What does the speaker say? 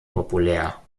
populär